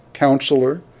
counselor